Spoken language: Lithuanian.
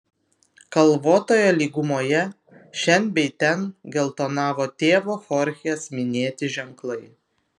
kalvotoje lygumoje šen bei ten geltonavo tėvo chorchės minėti ženklai